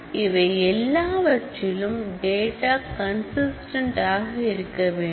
இவை எல்லாவற்றிலும் data consistent ஆக இருக்க வேண்டும்